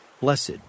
Blessed